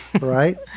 right